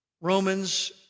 Romans